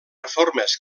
reformes